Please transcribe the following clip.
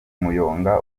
umuyonga